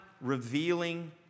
revealing